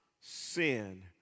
sin